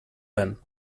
pen